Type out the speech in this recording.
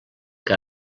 que